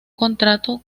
contrato